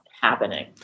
happening